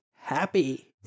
happy